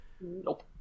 Nope